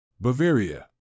Bavaria